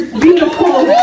beautiful